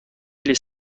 les